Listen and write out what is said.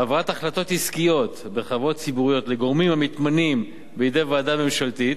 העברת החלטות עסקיות בחברות ציבוריות לגורמים המתמנים בידי ועדה ממשלתית